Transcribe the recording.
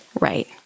Right